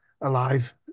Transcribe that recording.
alive